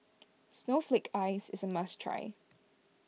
Snowflake Ice is a must try